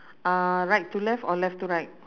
uh right to left or left to right